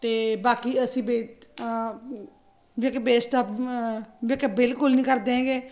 ਅਤੇ ਬਾਕੀ ਅਸੀਂ ਬੇਸਡ ਮੈਂ ਕਿਹਾ ਬੇਸਟ ਮੈਂ ਕਿਹਾ ਬਿਲਕੁਲ ਨਹੀਂ ਕਰਦੇ ਹੈਗੇ